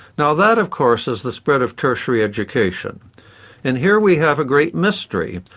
now that of course is the spread of tertiary education and here we have a great mystery.